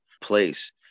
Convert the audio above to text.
place